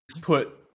put